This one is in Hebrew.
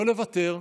לא לוותר,